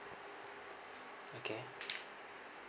okay